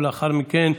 לאחר מכן,